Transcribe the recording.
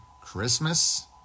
Christmas